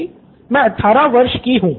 छात्र २ मैं अठारह वर्ष की हूं